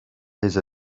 lisa